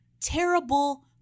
terrible